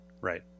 Right